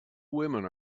women